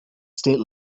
state